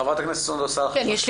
ח"כ סונדוס סאלח.